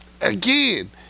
again